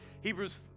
Hebrews